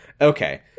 okay